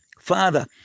father